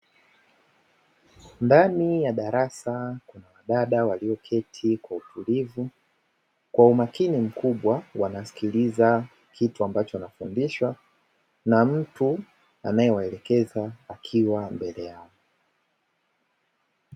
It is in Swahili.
Ndani ya darasa kuna wadada walioketi kwa utulivu, kwa umakini mkubwa, wanasikiliza kitu ambacho wanafundishwa na mtu anayewaelekeza akiwa mbele yao.